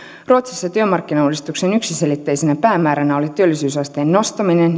ruotsissa työmarkkinauudistuksen yksiselitteisenä päämääränä oli työllisyysasteen nostaminen